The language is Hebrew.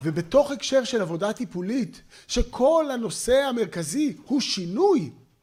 ובתוך הקשר של עבודה טיפולית, שכל הנושא המרכזי הוא שינוי.